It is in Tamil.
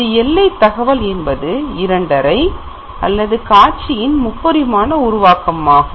ஒரு எல்லை தகவல் என்பது இரண்டரை அல்லது காட்சியின் முப்பரிமான உருவாக்கம் ஆகும்